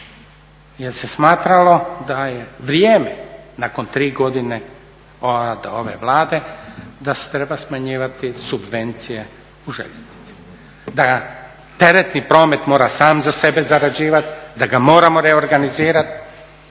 jer se smatralo da je vrijeme nakon 3 godine ove Vlade da se treba smanjivati subvencije u Željeznici. Da teretni promet mora sam za sebe zarađivati, da ga moramo reorganizirati.